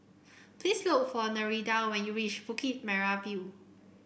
please look for Nereida when you reach Bukit Merah View